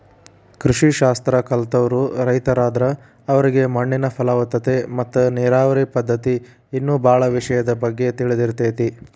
ಕೃಷಿ ಶಾಸ್ತ್ರ ಕಲ್ತವ್ರು ರೈತರಾದ್ರ ಅವರಿಗೆ ಮಣ್ಣಿನ ಫಲವತ್ತತೆ ಮತ್ತ ನೇರಾವರಿ ಪದ್ಧತಿ ಇನ್ನೂ ಬಾಳ ವಿಷಯದ ಬಗ್ಗೆ ತಿಳದಿರ್ತೇತಿ